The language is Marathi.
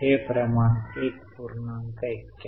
हे प्रमाण 1